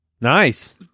Nice